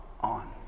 on